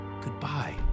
goodbye